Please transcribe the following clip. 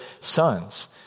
sons